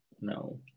no